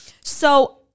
So-